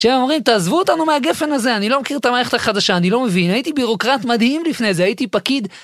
כשהם אומרים: תעזבו אותנו מהגפ"ן הזה, אני לא מכיר את המערכת החדשה, אני לא מבין, הייתי בירוקרט מדהים לפני זה, הייתי פקיד.